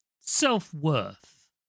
self-worth